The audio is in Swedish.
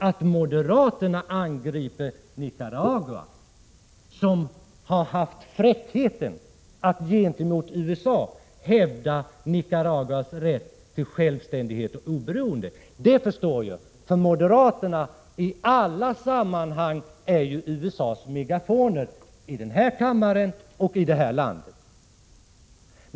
Att moderaterna angriper Nicaragua, som haft fräckheten att gentemot USA hävda sin rätt till självständighet och oberoende, förstår jag. Moderaterna är ju i alla sammanhang USA:s megafoner, såväl i denna kammare som i detta land.